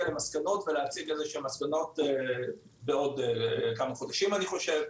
למסקנות ולהציג איזה שהן מסקנות בעוד כמה חודשים אני חושב,